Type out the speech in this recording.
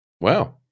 Wow